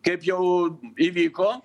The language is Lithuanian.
kaip jau įvyko